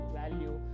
value